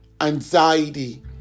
Anxiety